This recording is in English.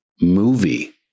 movie